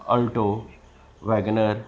alto Wagon R